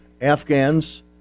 afghans